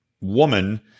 woman